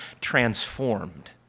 transformed